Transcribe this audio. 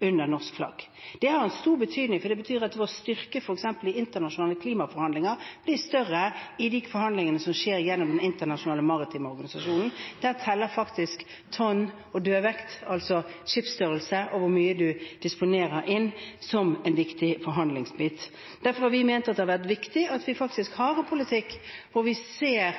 under norsk flagg. Det er av stor betydning, for det betyr at vår styrke i f.eks. internasjonale klimaforhandlinger blir større i de forhandlingene som skjer gjennom den internasjonale maritime organisasjonen. Der teller faktisk tonn og dødvekt, altså skipsstørrelse og hvor mye man disponerer, som en viktig forhandlingsbit. Derfor har vi ment det har vært viktig at vi faktisk har en politikk hvor vi har